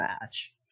match